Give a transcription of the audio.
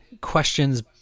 questions